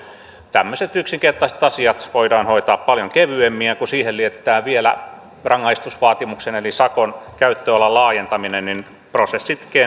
tämmöiset yksinkertaiset asiat voidaan hoitaa paljon kevyemmin ja kun siihen liittää vielä rangaistusvaatimuksen eli sakon käyttöalan laajentamisen niin prosessit